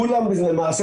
למעשה,